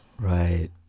right